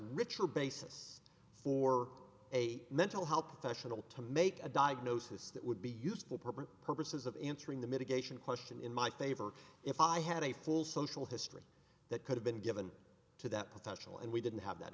richer basis for a mental health professional to make a diagnosis that would be used the appropriate purposes of answering the mitigation question in my favor if i had a full social history that could have been given to that potential and we didn't have that